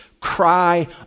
cry